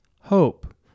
hope